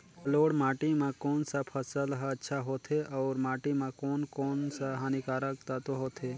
जलोढ़ माटी मां कोन सा फसल ह अच्छा होथे अउर माटी म कोन कोन स हानिकारक तत्व होथे?